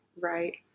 right